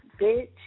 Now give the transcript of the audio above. bitch